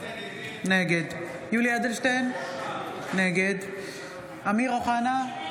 נגד יולי יואל אדלשטיין, נגד אמיר אוחנה,